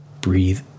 Breathe